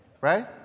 Right